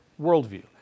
worldview